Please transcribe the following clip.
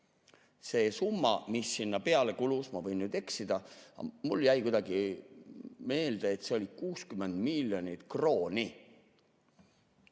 See summa, mis sinna peale kulus, ma võin eksida, aga mulle jäi kuidagi meelde, et see oli 60 miljonit krooni.